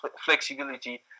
flexibility